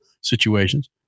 situations